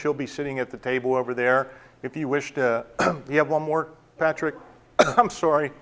she'll be sitting at the table over there if you wish to have one more patrick i'm sorry